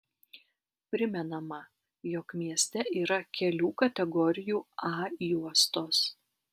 primenama jog mieste yra kelių kategorijų a juostos